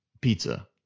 pizza